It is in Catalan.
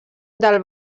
del